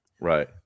Right